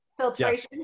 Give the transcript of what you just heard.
Filtration